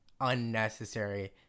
unnecessary